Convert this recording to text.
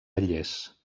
lles